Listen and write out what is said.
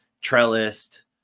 trellis